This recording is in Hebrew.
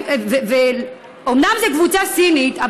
אומנם זו קבוצה סינית,